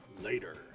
later